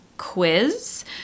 quiz